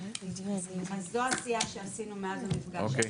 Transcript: זו העשייה שעשינו מאז המפגש.